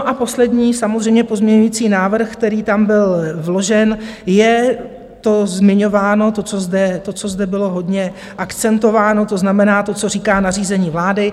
A poslední samozřejmě pozměňovací návrh, který tam byl vložen, je to zmiňováno, co zde bylo hodně akcentováno, to znamená to, co říká nařízení vlády.